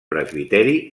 presbiteri